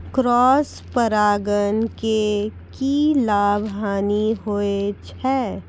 Cross परागण के की लाभ, हानि होय छै?